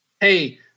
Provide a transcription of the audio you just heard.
Hey